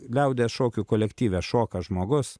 liaudies šokių kolektyve šoka žmogus